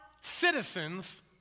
citizens